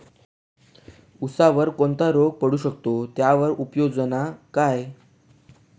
ऊसावर कोणता रोग पडू शकतो, त्यावर उपाययोजना काय?